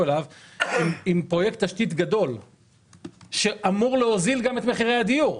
אליו עם פרויקט תשתית גדול שאמור להוזיל גם את מחירי הדיור,